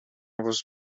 was